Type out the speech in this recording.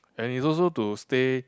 and is also to stay